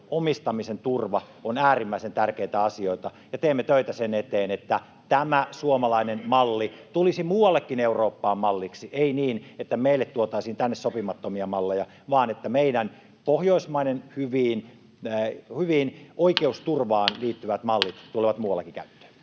omistamisen turva ovat äärimmäisen tärkeitä asioita. Me teemme töitä sen eteen, että tämä suomalainen malli tulisi muuallekin Eurooppaan malliksi, ei niin, että meille tuotaisiin tänne sopimattomia malleja vaan että meidän Pohjoismaiden hyvät oikeusturvaan liittyvät mallit tulevat muuallakin käyttöön.